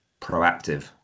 proactive